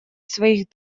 своих